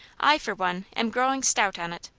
i, for one, am growing stout on it.